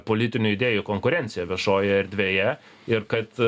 politinių idėjų konkurenciją viešojoje erdvėje ir kad